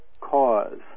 cause